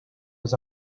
was